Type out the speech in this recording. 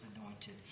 anointed